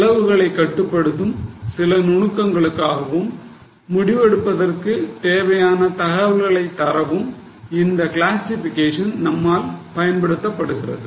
செலவுகளை கட்டுப்படுத்தும் சில நுணுக்கங்களுக்காகவும் முடிவெடுப்பதற்கு தேவையான தகவல்களை தரவும் இந்த கிளாசிஃபிகேஷன் நம்மால் பயன்படுத்தப்படுகிறது